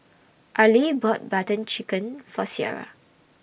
Arly bought Butter Chicken For Ciara